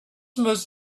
most